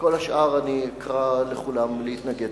לכל השאר, אקרא לכולם להתנגד.